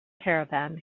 caravan